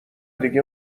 دیگه